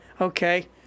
okay